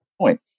point